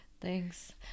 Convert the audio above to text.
Thanks